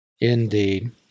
Indeed